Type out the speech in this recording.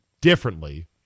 differently